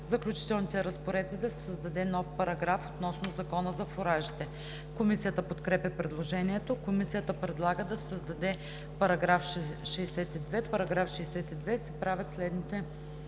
Заключителните разпоредби да се създаде нов параграф относно Закона за фуражите.“ Комисията подкрепя предложението. Комисията предлага да се създаде § 62: „§ 62. В Закона за фуражите